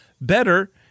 better